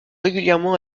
régulièrement